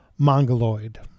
mongoloid